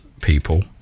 people